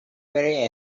very